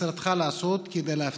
1. מה בכוונת משרדך לעשות כדי להבטיח